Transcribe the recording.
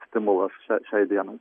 stimulas šią šiai dienai